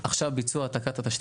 בביצוע העתקת התשתית,